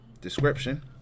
description